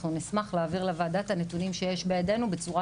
אנחנו נשמח להעביר לוועדה את הנתונים שיש בידנו בצורה